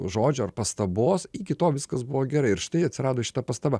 žodžių ar pastabos iki tol viskas buvo gerai ir štai atsirado šita pastaba